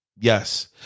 yes